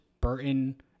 Burton